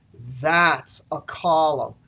that's a column.